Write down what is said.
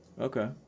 Okay